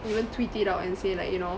even tweet it out and say like you know